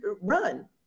run